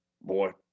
Boy